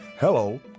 Hello